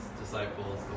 disciples